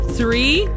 Three